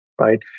right